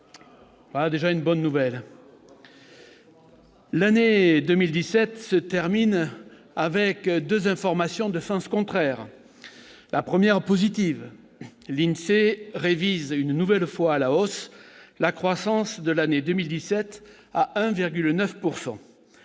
Voilà déjà une bonne nouvelle ! L'année 2017 se termine sur deux informations qui vont en sens contraire. L'une est positive : l'INSEE révise une nouvelle fois à la hausse le taux de croissance de l'année 2017, à 1,9 %.